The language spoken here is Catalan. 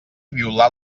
violar